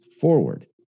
forward